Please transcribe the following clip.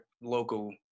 local